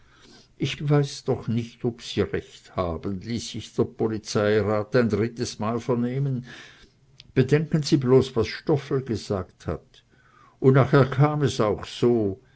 ich weiß doch nicht ob sie recht haben ließ sich der polizeirat ein drittes mal vernehmen bedenken sie bloß was stoffel gesagt hat und nachher kam es auch so